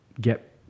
get